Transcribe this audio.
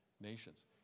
nations